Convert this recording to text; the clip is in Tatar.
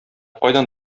кайдан